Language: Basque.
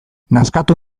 nazkatu